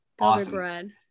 Awesome